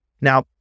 Now